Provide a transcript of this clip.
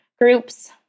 groups